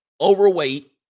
overweight